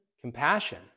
Compassion